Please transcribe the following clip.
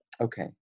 Okay